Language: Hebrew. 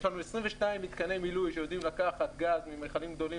יש לנו 22 מיתקני מילוי שיודעים לקחת גז ממיכלים גדולים,